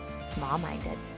small-minded